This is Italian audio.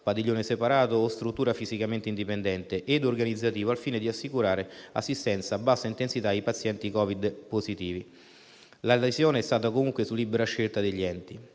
(padiglione separato o struttura fisicamente indipendente) ed organizzativo, al fine di assicurare assistenza a bassa intensità ai pazienti Covid-positivi. L'adesione è stata comunque su libera scelta degli enti.